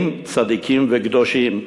צדיקים וקדושים.